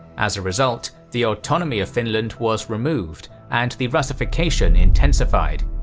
as a result, the autonomy of finland was removed, and the russification intensified.